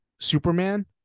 Superman